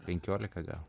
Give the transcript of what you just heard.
penkiolika gal